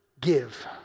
give